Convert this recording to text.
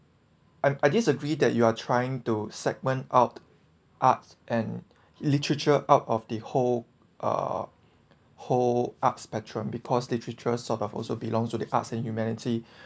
I disagree that you are trying to segment out art and literature out of the whole uh whole art spectrum because literature sort of also belongs to the arts and humanity